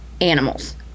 animals